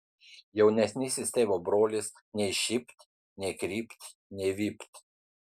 jaunesnysis tėvo brolis nei šypt nei krypt nei vypt